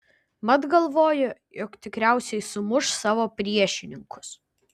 mat galvojo jog tikriausiai sumuš savo priešininkus